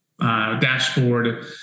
dashboard